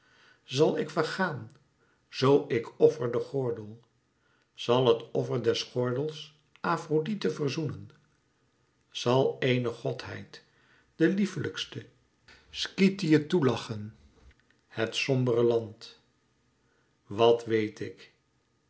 zal ik vergaan zoo ik offer den gordel zal het offer des gordels afrodite verzoenen zal éene godheid de lieflijkste skythië toe lachen het sombere land wat wéet ik